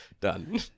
done